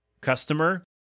customer